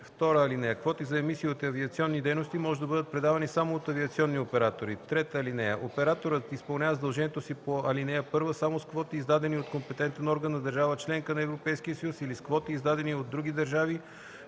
отново. (2) Квоти за емисии от авиационни дейности може да бъдат предавани само от авиационни оператори. (3) Операторът изпълнява задължението си по ал. 1 само с квоти, издадени от компетентен орган на държава – членка на Европейския съюз, или с квоти, издадени от други държави,